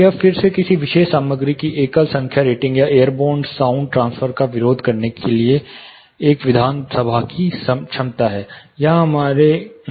यह फिर से किसी विशेष सामग्री की एकल संख्या रेटिंग या एयरबोर्न साउंड ट्रांसफर का विरोध करने की एक विधानसभा की क्षमता है